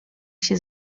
się